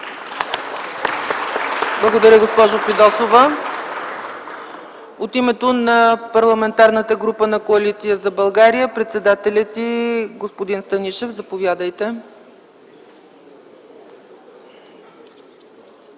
Благодаря, госпожо Фидосова. От името на Парламентарната група на Коалиция за България има думата председателят й господин Станишев. Заповядайте.